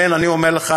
לכן אני אומר לך,